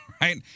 Right